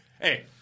Hey